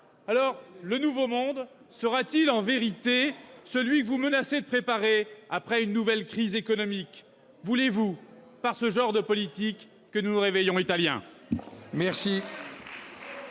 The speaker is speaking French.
Alors, le nouveau monde sera-t-il, en vérité, celui que vous menacez de préparer après une nouvelle crise économique ? Voulez-vous, par ce genre de politique, que nous nous réveillions italiens ?